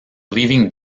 leaving